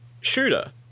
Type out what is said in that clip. shooter